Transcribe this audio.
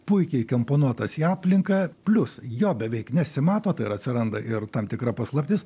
puikiai įkomponuotas į aplinką plius jo beveik nesimato tai yra atsiranda ir tam tikra paslaptis